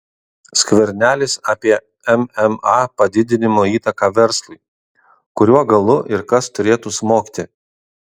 skvernelis apie mma padidinimo įtaką verslui kuriuo galu ir kas turėtų smogti